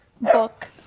book